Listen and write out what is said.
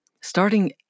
starting